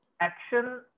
action